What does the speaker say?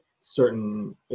certain